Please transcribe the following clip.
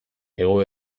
hego